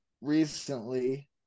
recently